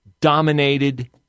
dominated